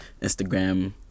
Instagram